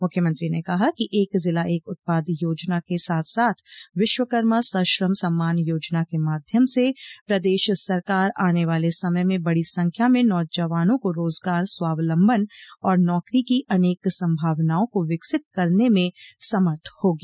मुख्यमंत्री ने कहा कि एक जिला एक उत्पाद योजना के साथ साथ विश्वकर्मा सश्रम सम्मान योजना के माध्यम से प्रदेश सरकार आने वाले समय में बड़ी संख्या में नौजवानों को रोजगार स्वालम्बन और नौकरी की अनेक संभावनाओं को विकसित करने में समर्थ होगी